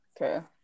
Okay